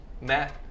Matt